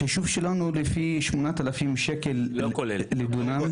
החישוב שלנו לפי 8,000 שקל לדונם.